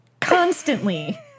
constantly